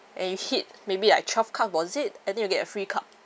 and you hit maybe like twelve cup was it and then you get a free cup